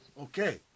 okay